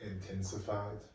intensified